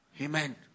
Amen